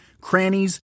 crannies